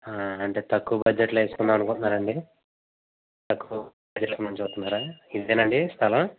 అంటే తక్కువ బడ్జెట్లో వేసుకుందాం అనుకుంటున్నారా అండి తక్కువ బడ్జెట్లో ఏమన్న చూస్తున్నారా మీదేనా అండి స్థలం